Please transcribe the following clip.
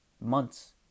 months